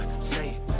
say